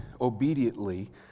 obediently